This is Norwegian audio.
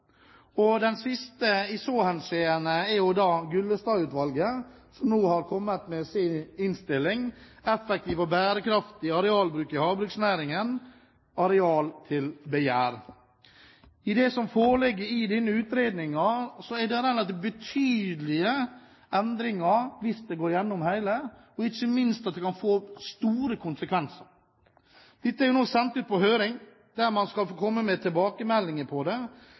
siste utvalget i så henseende er Gullestad-utvalget, som nå har kommet med sin innstilling «Effektiv og bærekraftig arealbruk i havbruksnæringen – areal til begjær». Det som foreligger i denne utredningen, er relativt betydelige endringer hvis det hele går igjennom, og ikke minst kan det få store konsekvenser. Dette er nå sendt ut på høring, der man skal få komme med tilbakemeldinger. Det som er det